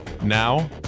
Now